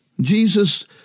Jesus